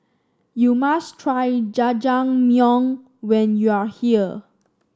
you must try Jajangmyeon when you are here